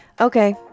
okay